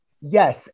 yes